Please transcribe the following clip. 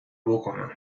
بکنم